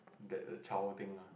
that a child thing ah